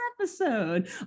episode